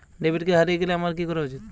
Debit card হারিয়ে গেলে আমার কি করা উচিৎ?